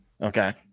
Okay